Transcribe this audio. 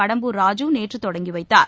கடம்பூர் ராஜூ நேற்று தொடங்கி வைத்தார்